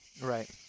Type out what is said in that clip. right